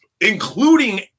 including